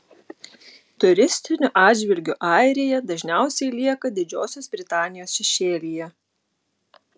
turistiniu atžvilgiu airija dažniausiai lieka didžiosios britanijos šešėlyje